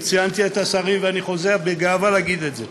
וציינתי את השרים ואני חוזר בגאווה ואומר את זה: